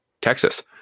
texas